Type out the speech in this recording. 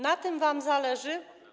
Na tym wam zależy?